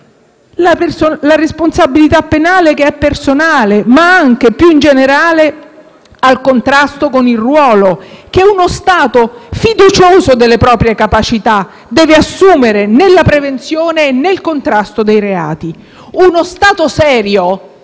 la responsabilità penale è personale. Ma, più in generale, penso anche al contrasto con il ruolo che uno Stato fiducioso delle proprie capacità deve assumere nella prevenzione e nel contrasto dei reati. Uno Stato serio,